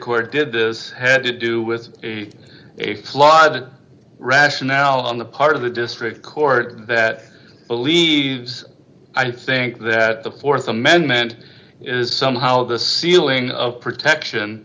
court did this head to do with a flawed rationale on the part of the district court that believes i think that the th amendment is somehow the ceiling of protection